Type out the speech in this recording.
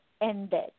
ended